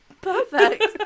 perfect